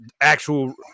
actual